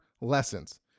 lessons